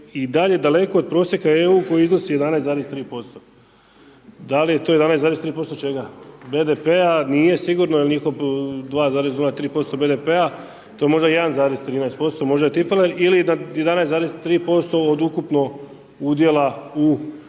dalje daleko od prosjeka EU, koji iznosi 11,3%. Da li je to 11,3% čega? BDP, nije sigurno, jer njihov 2,2 3% BDP-a, to je možda 1,13%, možda je tipfeler ili na 11,3% od ukupno udjela u